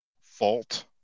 fault